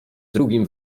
drugim